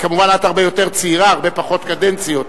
כמובן, את הרבה יותר צעירה, הרבה פחות קדנציות,